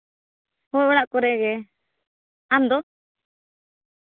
ᱦᱚᱸ ᱚᱲᱟᱜ ᱠᱚᱨᱮ ᱜᱮ ᱟᱢ ᱫᱚ